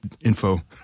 info